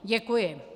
Děkuji.